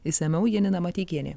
išsamiau janina mateikienė